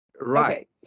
Right